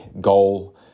goal